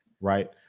right